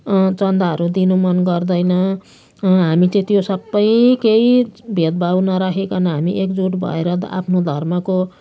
चन्दाहरू दिनु मनगर्दैन हामी चाहिँ त्यो सबै केही भेदभाव नराखीकन हामी एकजुट भएर आफ्नो धर्मको